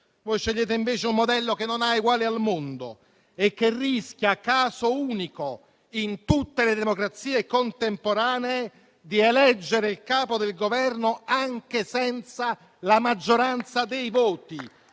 Voi scegliete invece un modello che non ha eguali al mondo e che rischia - caso unico in tutte le democrazie contemporanee - di eleggere il capo del Governo anche senza la maggioranza dei voti